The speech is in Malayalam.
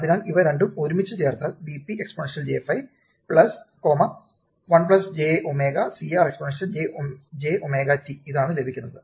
അതിനാൽ ഇവ രണ്ടും കൂടി ഒരുമിച്ചു ചേർത്താൽ Vp exponential j5 1jω CR exponential jωt ഇതാണ് ലഭിക്കുന്നത്